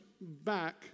back